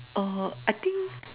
uh I think